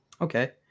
Okay